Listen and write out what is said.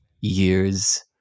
years